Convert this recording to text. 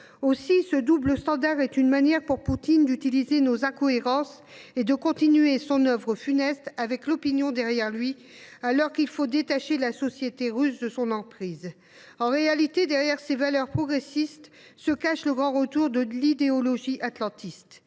Aussi, ce double standard est une manière pour Poutine d’utiliser nos incohérences et de continuer son œuvre funeste avec l’opinion derrière lui, alors qu’il faut détacher la société russe de son emprise. En réalité, derrière ces valeurs progressistes se cache le grand retour de l’idéologie atlantiste.